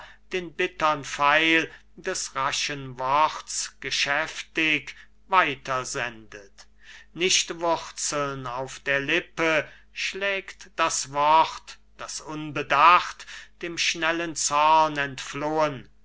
den bittern pfeil des raschen worts geschäftig weiter sendet nicht wurzeln auf der lippe schlägt das wort das unbedacht dem schnellen zorn entflohen